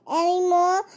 anymore